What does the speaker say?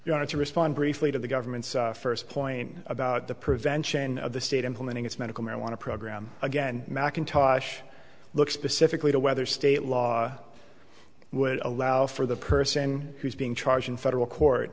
want to respond briefly to the government's first point about the prevention of the state implementing its medical marijuana program again mcintosh look specifically to whether state law would allow for the person who's being charged in federal court